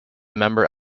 member